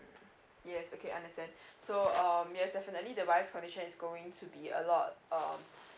yes okay understand so um yes definitely the virus condition is going to be a lot um